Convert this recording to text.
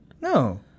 no